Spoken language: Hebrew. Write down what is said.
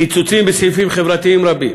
קיצוצים בסעיפים חברתיים רבים,